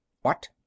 What